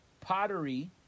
pottery